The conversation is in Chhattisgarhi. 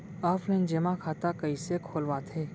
ऑफलाइन जेमा खाता कइसे खोलवाथे?